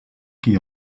qui